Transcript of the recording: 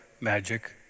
magic